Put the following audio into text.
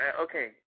okay